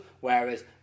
whereas